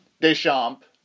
Deschamps